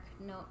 No